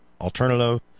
alternative